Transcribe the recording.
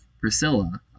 Priscilla